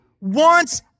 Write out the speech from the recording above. wants